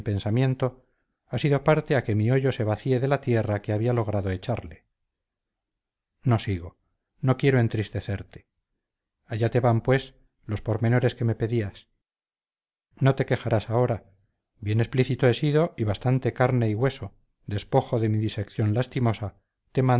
pensamiento ha sido parte a que mi hoyo se vacíe de la tierra que había logrado echarle no sigo no quiero entristecerte allá te van pues los pormenores que me pedías no te quejarás ahora bien explícito he sido y bastante carne y hueso despojo de mi disección lastimosa